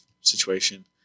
situation